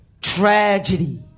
tragedy